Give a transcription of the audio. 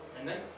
Amen